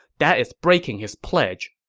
that is breaking his pledge.